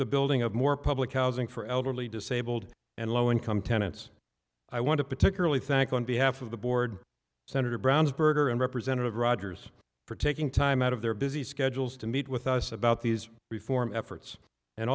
the building of more public housing for elderly disabled and low income tenants i want to particularly thank on behalf of the board senator brown's berger and representative rogers for taking time out of their busy schedules to meet with us about these reform efforts and